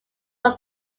from